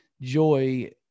Joy